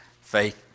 Faith